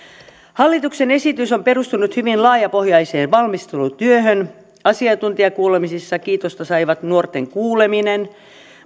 hallituksen esitys on perustunut hyvin laajapohjaiseen valmistelutyöhön asiantuntijakuulemisissa kiitosta saivat nuorten kuuleminen